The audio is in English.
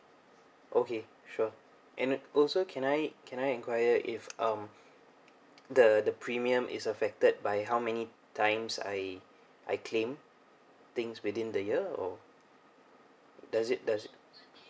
okay sure and also can I can I enquire if um the the premium is affected by how many times I I claim things within the year or does it does